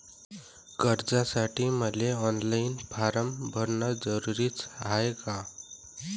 कर्जासाठी मले online form भरन जरुरीच हाय का?